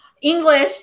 English